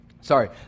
Sorry